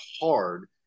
hard